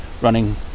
running